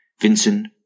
Vincent